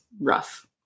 rough